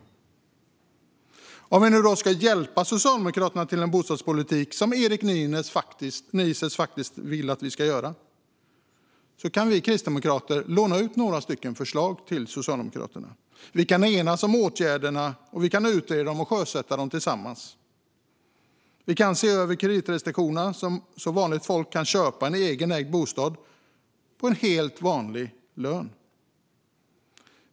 För att hjälpa Socialdemokraterna att skaffa sig en bostadspolitik, som Erik Nises vill, kan vi kristdemokrater låna ut några förslag till Socialdemokraterna. Vi kan enas om åtgärder, och vi kan utreda och sjösätta dem tillsammans. Vi kan se över kreditrestriktionerna så att vanligt folk kan köpa en egenägd bostad på en helt vanlig lön.